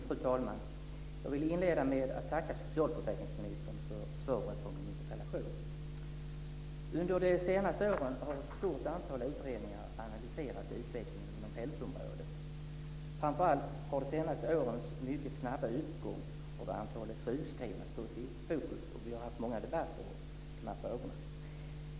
Fru talman! Jag vill inleda med att tacka socialförsäkringsministern för svaret på min interpellation. Under de senaste åren har ett stort antal utredningar analyserat utvecklingen inom hälsoområdet. Framför allt har de senaste årens mycket snabba uppgång av antalet sjukskrivna stått i fokus. Vi har även haft många debatter i de här frågorna.